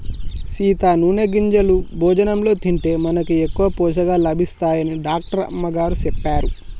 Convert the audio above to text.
సీత నూనె గింజలు భోజనంలో తింటే మనకి ఎక్కువ పోషకాలు లభిస్తాయని డాక్టర్ అమ్మగారు సెప్పారు